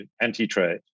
anti-trade